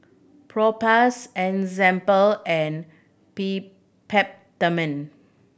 Propass Enzyplex and Peptamen